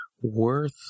worth